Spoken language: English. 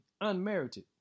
unmerited